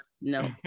No